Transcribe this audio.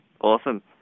Awesome